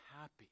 happy